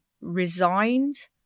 resigned